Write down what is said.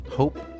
hope